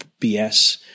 BS